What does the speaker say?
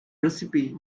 recipe